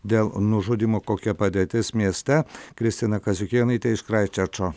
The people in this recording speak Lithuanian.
dėl nužudymo kokia padėtis mieste kristina kaziukėnaitė iš kraisčerčo